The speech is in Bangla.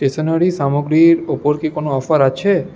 স্টেশনারি সামগ্রীর ওপর কি কোনো অফার আছে